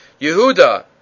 Yehuda